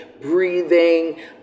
breathing